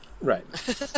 right